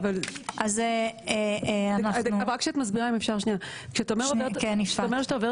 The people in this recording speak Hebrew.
אז אנחנו --- כשאת אומרת שעוברים